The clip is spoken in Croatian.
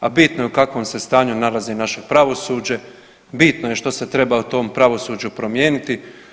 A bitno je u kakvom se stanju nalazi naše pravosuđe, bitno je što se treba u tom pravosuđu promijeniti.